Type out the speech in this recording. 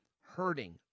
hurting